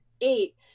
Eight